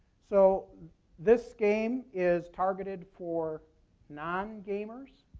so this game is targeted for non-gamers.